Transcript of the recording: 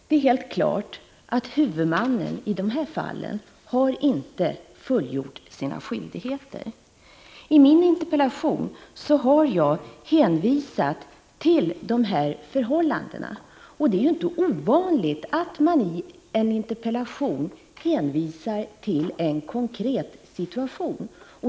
Det är helt klart att huvudmannen i det här fallet inte har fullgjort sina skyldigheter. I min interpellation har jag hänvisat till de här förhållandena. Det är ju inte ovanligt att man i en interpellation hänvisar till en konkret situation.